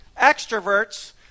Extroverts